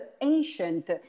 ancient